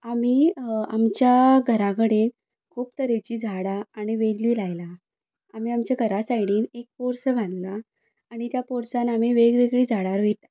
आमी आमच्या घरा कडेन खूब तरेचीं झाडां आनी वेली लायला आमी आमचे घरा सायडीन एक पोरसूं बांदलां आनी त्या पोरसान आमी वेग वेगळीं झाडां रोयतात